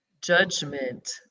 judgment